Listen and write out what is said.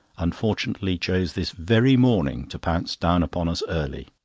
unfortunately choose this very morning to pounce down upon us early.